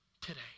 today